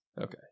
Okay